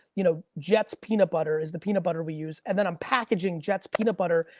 you know jets peanut butter is the peanut butter we use. and then i'm packaging jets peanut butter,